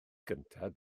gyntaf